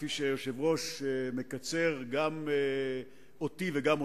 כפי שהיושב-ראש מקצר גם אותי וגם אותך,